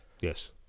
Yes